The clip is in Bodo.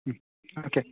उम अके